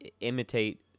imitate